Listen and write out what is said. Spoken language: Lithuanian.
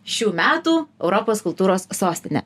šių metų europos kultūros sostinė